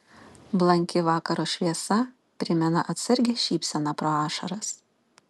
blanki vakaro šviesa primena atsargią šypseną pro ašaras